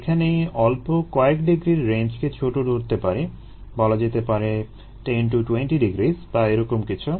এখানে অল্প কয়েক ডিগ্রির রেঞ্জকে ছোট ধরতে পারি বলা যেতে পারে 10 20 degrees বা এরকম কিছু